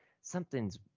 something's